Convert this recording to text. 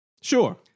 Sure